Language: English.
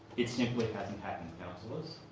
it simply hasn't happened, councillors.